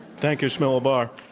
thank you, shmuel bar.